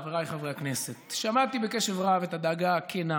חבריי חברי הכנסת, שמעתי בקשב רב את הדאגה הכנה.